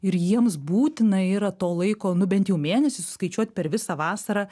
ir jiems būtina yra to laiko nu bent jau mėnesį suskaičiuot per visą vasarą